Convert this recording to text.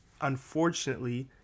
unfortunately